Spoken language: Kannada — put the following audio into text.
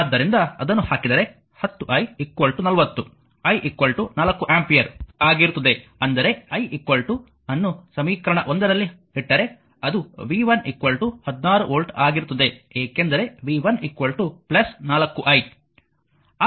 ಆದ್ದರಿಂದ ಅದನ್ನು ಹಾಕಿದರೆ 10i 40 i 4 ಆಂಪಿಯರ್ ಆಗಿರುತ್ತದೆ ಅಂದರೆ i ಅನ್ನು ಸಮೀಕರಣ 1 ರಲ್ಲಿ ಇಟ್ಟರೆ ಅದು v1 16 ವೋಲ್ಟ್ ಆಗಿರುತ್ತದೆ ಏಕೆಂದರೆ v 1 4 i